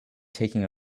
taking